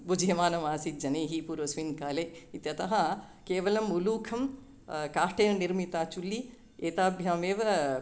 भुजीयमानमासीत् जनैः पूर्वस्मिन् काले इत्यतः केवलम् उलूखलं काष्ठेन निर्मिता चुल्लिः एताभ्यामेव